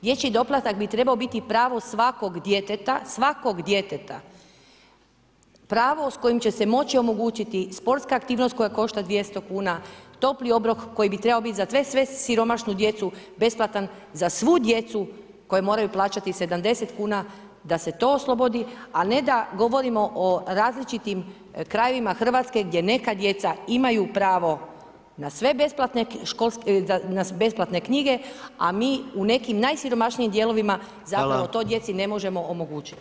Dječji doplatak bi trebao biti pravo svakog djeteta, svakog djeteta, pravo s kojim će se moći omogućiti sportska aktivnost koja košta 200 kuna, topli obrok koji bi trebao biti za svu siromašnu djecu besplatan, za svu djecu koja moraju plaćati 70 kuna da se to oslobodi al' ne da govorimo o različitim krajevima Hrvatske gdje neka djeca imaju pravo na sve besplatne školske, na besplatne knjige a mi u nekim najsiromašnijim dijelovima zapravo to djeci ne možemo omogućiti.